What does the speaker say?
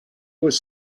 was